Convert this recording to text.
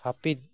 ᱦᱟᱹᱯᱤᱫ